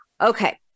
Okay